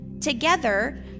together